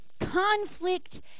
Conflict